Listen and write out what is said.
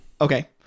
Okay